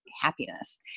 happiness